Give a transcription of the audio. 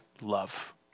love